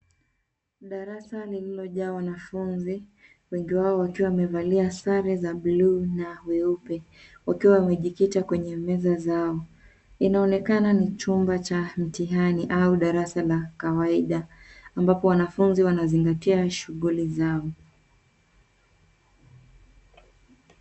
Darasa lililojaa wanafunzi wengi wao wakiwa wamevalia sare za buluu na nyeupe wakiwa wamejikita kwenye meza zao . Inaonekana ni chumba cha mtihani au darasa la kawaida ambapo wanafunzi wanazingatia shughuli zao.